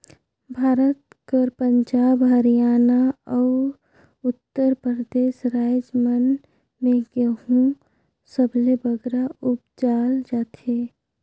भारत कर पंजाब, हरयाना, अउ उत्तर परदेस राएज मन में गहूँ सबले बगरा उपजाल जाथे